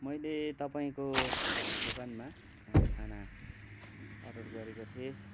मैले तपाईँको दोकानमा खाना अर्डर गरेको थिएँ